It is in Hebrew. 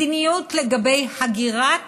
מדיניות לגבי הגירת